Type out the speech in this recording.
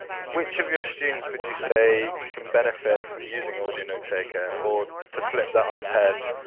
which of your students would you say can benefit from using audio notetaker or to flip that on its head,